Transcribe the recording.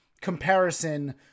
comparison